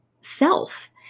self